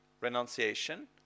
renunciation